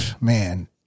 man